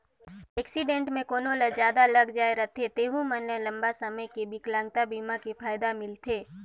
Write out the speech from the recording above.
accident मे कोनो ल जादा लग जाए रथे तेहू मन ल लंबा समे के बिकलांगता बीमा के फायदा मिलथे